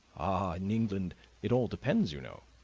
ah, in england it all depends, you know.